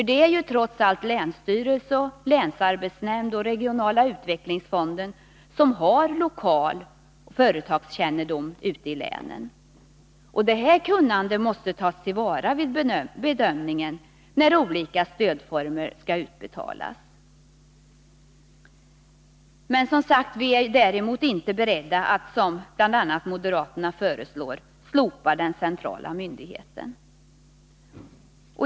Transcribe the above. Det är ju länsstyrelsen, länsarbetsnämnden och den regionala utvecklingsfonden som har lokaloch företagskännedom ute i länen. Detta kunnande måste tas till vara vid bedömningen, när utbetalningar från olika stödformer skall göras. Vi är, som sagt, däremot inte beredda att, som bl.a. moderaterna föreslår, slopa den centrala myndigheten.